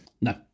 No